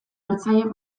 hartzaile